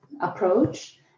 approach